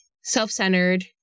self-centered